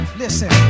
listen